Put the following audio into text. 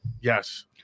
Yes